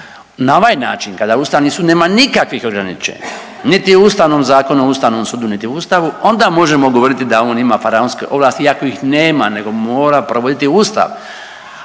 na ovaj način kada Ustavni sud nema nikakvih ograničenja niti u Ustavnom zakonu o Ustavnom sudu, niti u Ustavu onda možemo govoriti da on ima faraonske ovlasti iako ih nema nego mora provoditi Ustav.